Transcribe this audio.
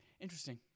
Interesting